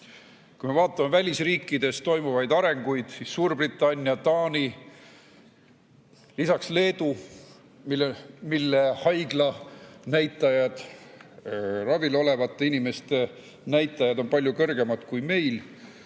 Kui me vaatame välisriikides toimuvaid arenguid, siis Suurbritannia, Taani ja ka Leedu, mille haiglaravil olevate inimeste näitajad on palju kõrgemad kui meil,